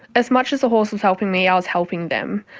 as much as the horse was helping me, i was helping them.